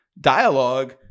dialogue